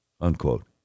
Unquote